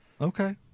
Okay